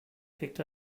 picked